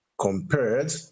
compared